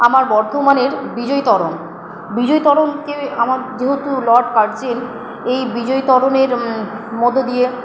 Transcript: আমার বর্ধমানের বিজয়ী তরণ বিজয়ী তরণকে আমার যেহেতু লর্ড কার্জেন এই বিজয়ী তরণের মধ্য দিয়ে